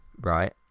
right